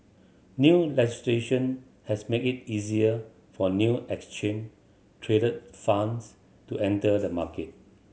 new legislation has made it easier for new exchange traded funds to enter the market